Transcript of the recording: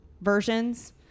versions